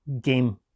game